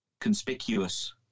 conspicuous